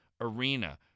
arena